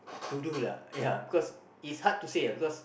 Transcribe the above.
to do lah ya cause it's hard to say lah because